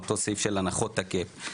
אותו סעיף של הנחות ה-CUP.